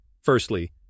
Firstly